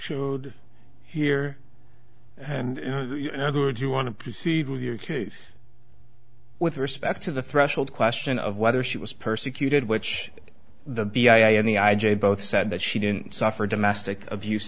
showed here and in other words you want to proceed with your case with respect to the threshold question of whether she was persecuted which the b i a n e i j both said that she didn't suffer domestic abuse